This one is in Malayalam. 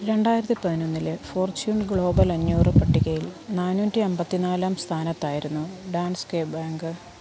രണ്ടായിരത്തി പതിനൊന്നിലെ ലെ ഫോർച്യൂൺ ഗ്ലോബൽ അഞ്ഞൂറ് പട്ടികയിൽ നാന്നൂറ്റി അൻപത്തി നാലാം സ്ഥാനത്തായിരുന്നു ഡാൻസ്കെ ബാങ്ക്